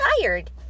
tired